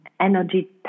Energy